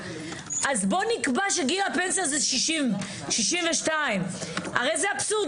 בואו נקבע שגיל הפנסיה הוא 62'. הרי זה אבסורד,